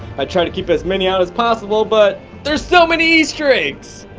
i try to keep as many out as possible but there's so many easter eggs.